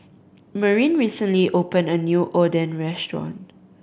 Marin recently opened a new Oden restaurant